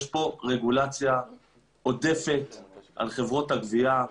יש פה רגולציה עודפת על חברות הגבייה,